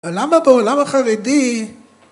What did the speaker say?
למה בעולם החרדי